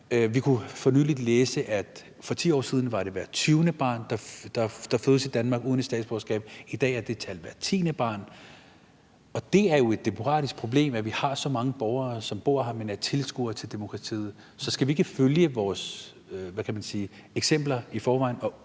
Vi kunne for nylig læse, at for 10 år siden var det hvert tyvende barn, der fødtes i Danmark uden et dansk statsborgerskab; i dag er det hvert tiende barn. Og det er jo et demokratisk problem, at vi har så mange borgere, som bor her, men er tilskuere til demokratiet. Så skal vi ikke følge vores eksempler fra tidligere